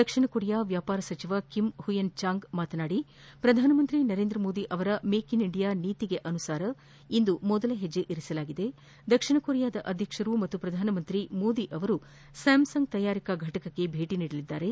ದಕ್ಷಿಣ Korea ವ್ಯಾಪಾರ ಸಚಿವ Kim Hyun Chong ಮಾತನಾಡಿ ಪ್ರಧಾನಮಂತ್ರಿ ನರೇಂದ್ರಮೋದಿ ಅವರ ಮೇಕ್ ಇನ್ ಇಂಡಿಯಾ ನೀತಿಗೆ ಅನುಸಾರ ಇಂದು ಮೊದಲ ಹೆಜ್ಜೆ ಇರಿಸಲಾಗಿದೆ ದಕ್ಷಿಣ ಕೊರಿಯಾದ ಅಧ್ಯಕ್ಷರು ಮತ್ತು ಪ್ರಧಾನಮಂತ್ರಿ ಮೋದಿ ಅವರು ಸ್ಯಾಮ್ಸಂಗ್ ತಯಾರಿಕಾ ಫಟಕಕ್ಕೆ ಭೇಟಿ ನೀಡಲಿದ್ದಾರೆ